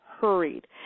hurried